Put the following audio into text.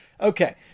Okay